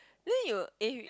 then you eh